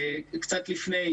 קצת לפני,